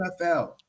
NFL